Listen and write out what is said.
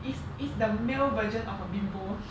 it's it's the male version of a bimbo